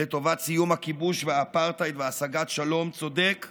לטובת סיום הכיבוש והאפרטהייד והשגת שלום צודק?